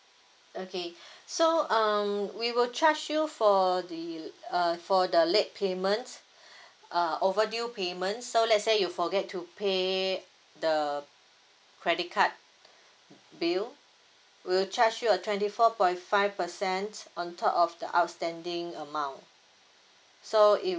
okay so um we will charge you for the err for the late payment err overdue payments so lets say you forget to pay the credit card bill we'll charge you a twenty four point five percent on top of the outstanding amount so